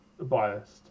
biased